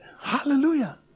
Hallelujah